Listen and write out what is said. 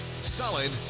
solid